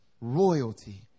royalty